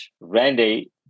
Randy